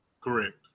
Correct